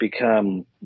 become